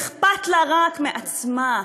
אכפת לה רק מעצמה,